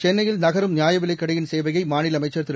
சென்னை நகரும் நியாயவிலைக் கடையின் சேவையை மாநில அமைச்சர் திரு